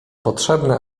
potrzebne